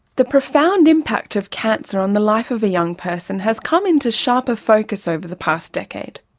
the profound impact of cancer on the life of a young person has come into sharper focus over the past decade.